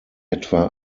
etwa